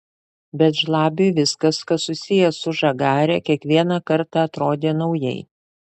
bet žlabiui viskas kas susiję su žagare kiekvieną kartą atrodė naujai